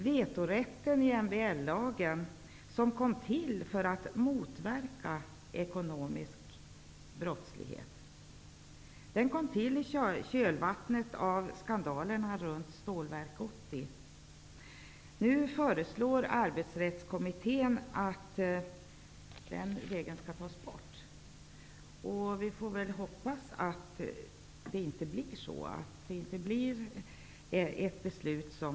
Vetorätten i MBL-lagen, som kom till för att motverka ekonomisk brottslighet, infördes i kölvattnet av skandalerna runt Stålverk 80. Nu föreslår Arbetsrättskommittén att den regeln skall tas bort. Vi får väl hoppas att denna kammare inte fattar ett sådant beslut.